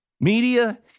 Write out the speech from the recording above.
Media